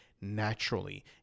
naturally